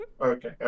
okay